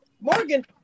Morgan